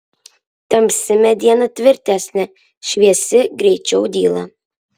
tamsi mediena tvirtesnė šviesi greičiau dyla